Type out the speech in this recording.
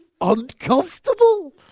Uncomfortable